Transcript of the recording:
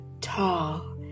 tall